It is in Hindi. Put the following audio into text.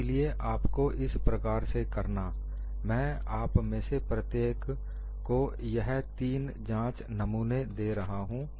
इसलिए आपको इस प्रकार से करना मैं आप में से प्रत्येक को यह तीन जांच नमूने दे रहा हूं